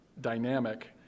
dynamic